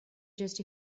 just